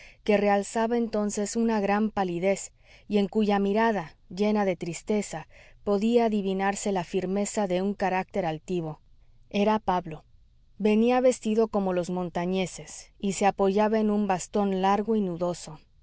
que realzaba entonces una gran palidez y en cuya mirada llena de tristeza podía adivinarse la firmeza de un carácter altivo era pablo venía vestido como los montañeses y se apoyaba en un bastón largo y nudoso